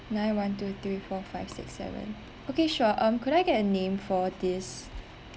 nine one two three four five six seven okay sure um could I get a name for this